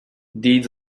deeds